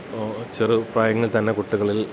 ഇപ്പോള് ചെറുപ്രായങ്ങളിൽത്തന്നെ കുട്ടികളിൽ